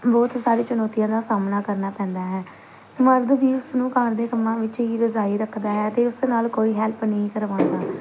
ਬਹੁਤ ਸਾਰੇ ਚੁਣੌਤੀਆਂ ਦਾ ਸਾਹਮਣਾ ਕਰਨਾ ਪੈਂਦਾ ਹੈ ਮਰਦ ਵੀ ਉਸ ਨੂੰ ਘਰ ਦੇ ਕੰਮਾਂ ਵਿੱਚ ਹੀ ਰਜਾਈ ਰੱਖਦਾ ਹੈ ਅਤੇ ਉਸ ਨਾਲ ਕੋਈ ਹੈਲਪ ਨਹੀਂ ਕਰਵਾਉਂਦਾ